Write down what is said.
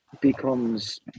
becomes